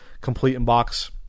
complete-in-box